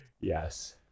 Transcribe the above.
yes